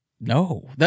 No